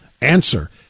Answer